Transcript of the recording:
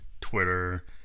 Twitter